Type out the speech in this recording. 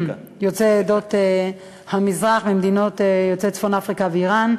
יוצאי עדות המזרח ממדינות צפון-אפריקה ואיראן.